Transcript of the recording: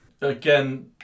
Again